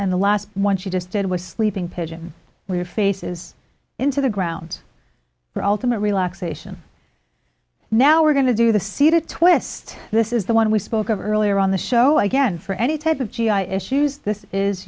and the last one she just did was sleeping pigeon we're faces into the ground for all time and relaxation now we're going to do the seated twist this is the one we spoke of earlier on the show again for any type of g i issues this is